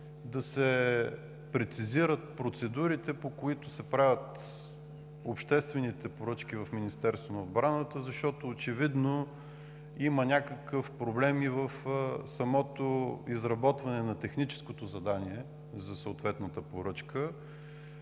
да се прецизират процедурите, по които се правят обществените поръчки в Министерството на отбраната, защото очевидно има някакъв проблем и в самото изработване на техническото задание за съответната поръчка.